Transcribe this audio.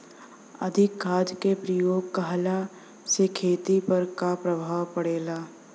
अधिक खाद क प्रयोग कहला से खेती पर का प्रभाव पड़ेला?